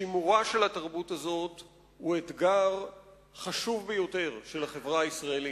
שימורה של התרבות הזאת הוא אתגר חשוב ביותר של החברה הישראלית.